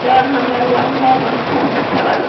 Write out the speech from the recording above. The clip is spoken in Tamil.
door number one four one four seven